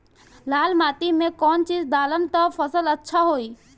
लाल माटी मे कौन चिज ढालाम त फासल अच्छा होई?